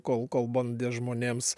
kol kol bandė žmonėms